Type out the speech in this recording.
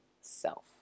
self